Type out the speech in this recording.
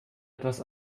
etwas